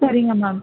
சரிங்க மேம்